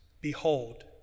behold